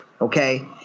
Okay